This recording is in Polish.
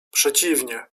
przeciwnie